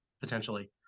potentially